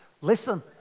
Listen